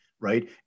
right